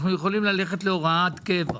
אנחנו יכולים ללכת להוראת קבע,